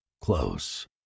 Close